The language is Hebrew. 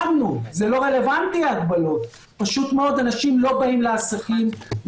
לא, אני לא רוצה שישחררו את הכול.